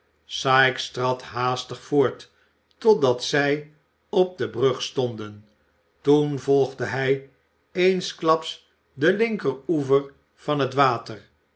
sikes trad haastig voort totdat zij op de brug stonden toen volgde hij eensklaps den linkeri oever van het water